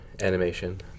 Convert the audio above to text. animation